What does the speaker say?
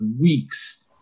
weeks